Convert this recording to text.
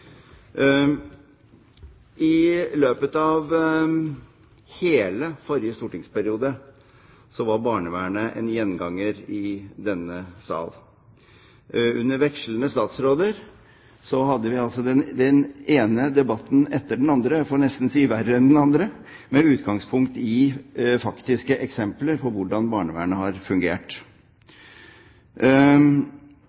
I løpet av hele forrige stortingsperiode var barnevernet en gjenganger i denne sal. Under vekslende statsråder hadde vi den ene debatten etter den andre – jeg får nesten si den ene verre enn den andre – med utgangspunkt i faktiske eksempler på hvordan barnevernet har fungert.